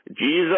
Jesus